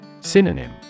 Synonym